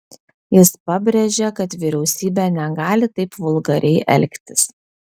jis pabrėžė kad vyriausybė negali taip vulgariai elgtis